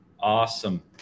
Awesome